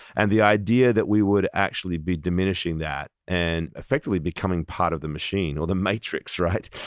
and the idea that we would actually be diminishing that and effectively becoming part of the machine, or the matrix, right,